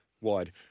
wide